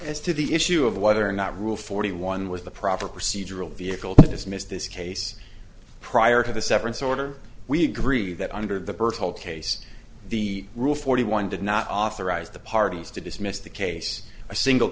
as to the issue of whether or not rule forty one was the proper procedural vehicle to dismiss this case prior to the severance order we agree that under the berthold case the rule forty one did not authorize the parties to dismiss the case a single